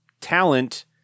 talent